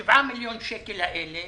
ה-7 מיליון שקל האלה